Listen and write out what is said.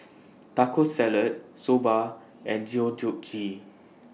Taco Salad Soba and Deodeok Gui